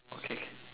okay